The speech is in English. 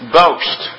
boast